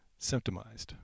symptomized